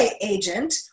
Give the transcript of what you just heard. agent